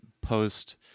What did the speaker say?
post